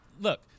look